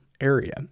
area